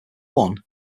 one